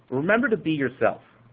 remember to be yourself.